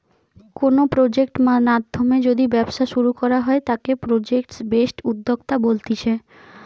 কোনো প্রজেক্ট নাধ্যমে যদি ব্যবসা শুরু করা হয় তাকে প্রজেক্ট বেসড উদ্যোক্তা বলতিছে